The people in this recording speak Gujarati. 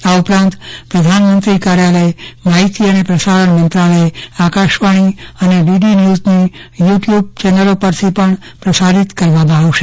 આ ઉપરાંત પ્રધાનમંત્રી કાર્યાલય માહિતી અને પ્રસારણ મંત્રાલય આકાશવાણી અને ડીડી ન્યૂઝની યુ ટ્યુબ ચેનલો પરથી પણ પ્રસારિત કરવામાં આવશે